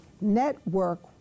network